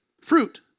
Fruit